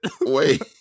wait